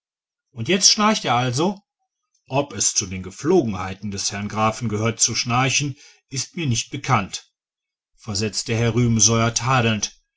und jetzt schnarcht er also ob es zu den gepflogenheiten des herrn grafen gehört zu schnarchen ist mir nicht bekannt versetzte herr rubesoier tadelnd